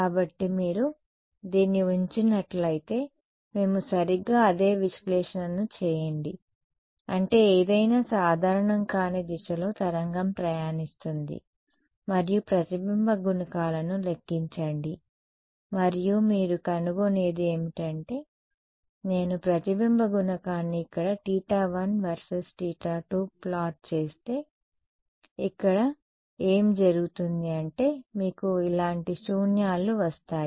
కాబట్టి మీరు దీన్ని ఉంచినట్లయితే మేము సరిగ్గా అదే విశ్లేషణను చేయండి అంటే ఏదైనా సాధారణం కాని దిశలో తరంగం ప్రయాణిస్తుంది మరియు ప్రతిబింబ గుణకాలను లెక్కించండి మరియు మీరు కనుగొనేది ఏమిటంటే నేను ప్రతిబింబ గుణకాన్ని ఇక్కడ θ1 వర్సెస్ θ2 ప్లాట్ చేస్తే ఇక్కడ ఏమి జరుగుతుంది అంటే మీకు ఇలాంటి శూన్యాలు వస్తాయి